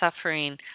suffering